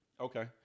Okay